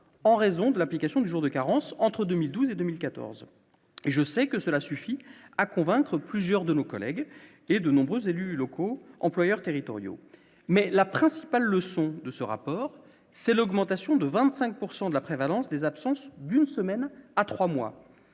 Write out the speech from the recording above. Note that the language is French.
en raison de l'application du jour de carence entre 2012 et 2014 et je sais que cela suffit à convaincre plusieurs de nos collègues et de nombreux élus locaux employeurs territoriaux, mais la principale leçon de ce rapport, c'est l'augmentation de 25 pourcent de la prévalence des absences d'une semaine à 3 mois,